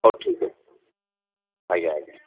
ହଉ ଠିକ୍ ଅଛି ଆଜ୍ଞା ଆଜ୍ଞା